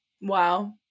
Wow